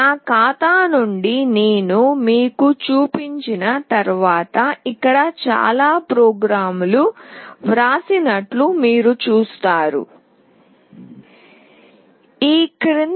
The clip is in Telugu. నా ఖాతా నుండి నేను మీకు చూపించిన తర్వాత ఇక్కడ చాలా ప్రోగ్రామ్ లు వ్రాసినట్లు మీరు చూస్తారు